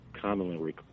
commonly